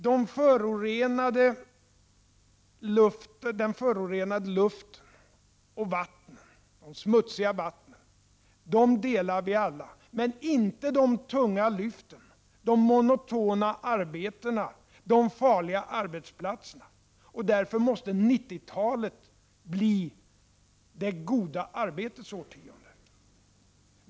Den förorenade luften och de smutsiga vattnen delar vi alla, men inte de tunga lyften, de monotona arbetena och de farliga arbetsplatserna, och därför måste 90-talet bli det goda arbetets årtionde.